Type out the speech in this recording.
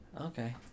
Okay